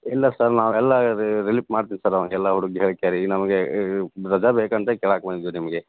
ಇಲ್ಲ ಸರ್ ನಾವೆಲ್ಲ ಇದು ರಿಲೀಪ್ ಮಾಡ್ತಿವಿ ಸರ್ ಅವಂಗೆ ಎಲ್ಲ ಹುಡುಗ ಹೇಳಿಕೆ ಕೇಳಿ ನಮಗೆ ರಜಾ ಬೇಕಂತ ಕೇಳಾಕೆ ಬಂದ್ವಿ ನಿಮಗೆ